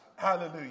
Hallelujah